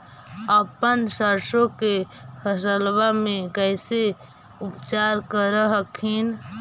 अपन सरसो के फसल्बा मे कैसे उपचार कर हखिन?